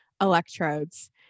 electrodes